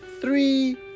three